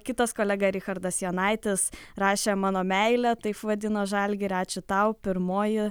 kitas kolega richardas jonaitis rašė mano meile taip vadino žalgirį ačiū tau pirmoji